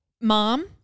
mom